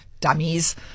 dummies